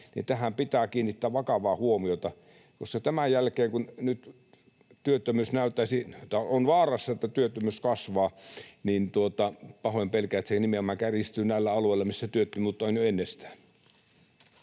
Tähän pitää kiinnittää vakavaa huomiota, koska tämän jälkeen, kun nyt on vaarassa, että työttömyys kasvaa, pahoin pelkään, että se nimenomaan kärjistyy näillä alueilla, missä työttömyyttä on jo ennestään.